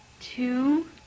two